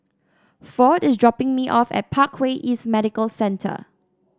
Ford is dropping me off at Parkway East Medical Centre